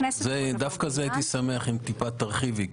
דווקא על זה הייתי שמח אם טיפה תרחיבי.